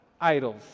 idols